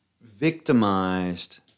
victimized